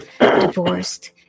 divorced